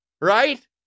Right